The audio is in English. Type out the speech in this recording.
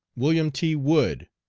william t. wood,